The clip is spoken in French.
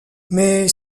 mais